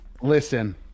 listen